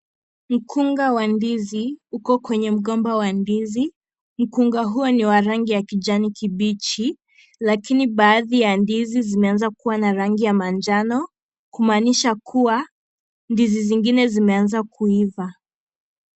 Mkunga wa ndizi uko kwenye mgomba wa ndizi, mkunga huo ni wa rangi ya kijani kibichi lakini baadhi ya ndizi zimeanza kuwa na rangi ya manjano kumaanisha kuwa ndizi zingine zimeanza kuiva.